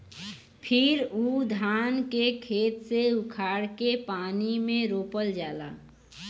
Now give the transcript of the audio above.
फिर उ धान के खेते से उखाड़ के पानी में रोपल जाला